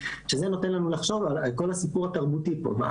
שזה נותן לנו לחשוב על כל הסיפור התרבותי פה.